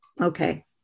Okay